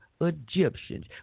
Egyptians